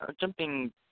Jumping